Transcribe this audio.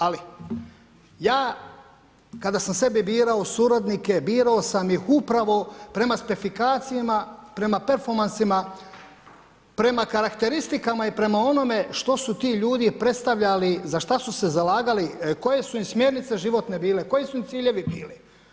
Ali, ja kada sam sebi birao suradnike birao sam ih upravo prema specifikacijama, prema performansima, prema karakteristikama i prema onome što su ti ljudi predstavljali, za šta su se zalagali, koje su im smjernice životne bile, koji su im ciljevi bili.